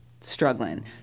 struggling